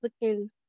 looking